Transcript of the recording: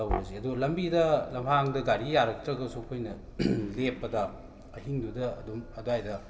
ꯇꯧꯔꯁꯦ ꯑꯗꯣ ꯂꯝꯕꯤꯗ ꯂꯝꯍꯥꯡꯗ ꯒꯥꯔꯤ ꯌꯥꯔꯛꯇ꯭ꯔꯒꯁꯨ ꯑꯈꯣꯏꯅ ꯂꯦꯞꯄꯗ ꯑꯍꯤꯡꯗꯨꯗ ꯑꯗꯨꯝ ꯑꯗꯨꯋꯥꯏꯗ